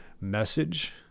message